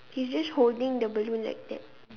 he's just holding the balloon like that